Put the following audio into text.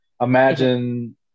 imagine